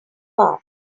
bath